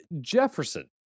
jefferson